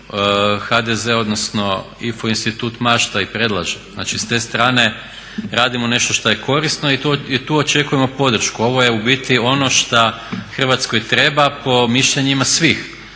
HDZ, odnosno IFO institut mašta i predlaže, znači s te strane radimo nešto što je korisno i tu očekujemo podršku. Ovo je u biti ono šta Hrvatskoj treba po mišljenjima svih.